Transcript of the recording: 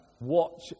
watch